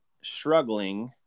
struggling